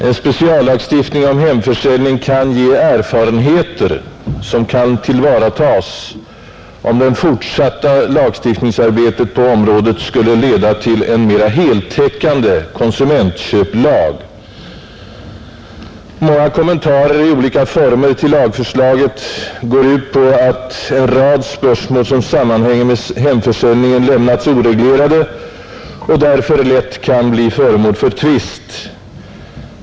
En speciallagstiftning om hemförsäljning kan ge erfarenheter som kan tillvaratas, om det fortsatta lagstiftningsarbetet på detta område skulle leda till en mera heltäckande konsumentköplag. Många kommentarer i olika former till lagförslaget går ut på att en rad spörsmål som sammanhänger med hemförsäljning lämnats oreglerade och därför lätt kan bli föremål för tvist.